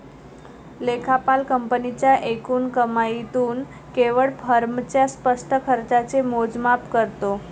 लेखापाल कंपनीच्या एकूण कमाईतून केवळ फर्मच्या स्पष्ट खर्चाचे मोजमाप करतो